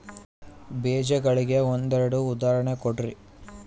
ಬೇಜಗಳಿಗೆ ಒಂದೆರಡು ಉದಾಹರಣೆ ಕೊಡ್ರಿ?